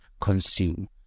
consume